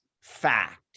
fact